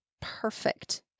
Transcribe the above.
perfect